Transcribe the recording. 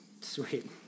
Sweet